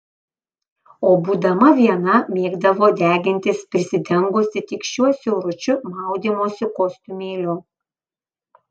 o būdama viena mėgdavo degintis prisidengusi tik šiuo siauručiu maudymosi kostiumėliu